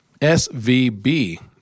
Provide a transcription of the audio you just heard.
SVB